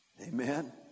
Amen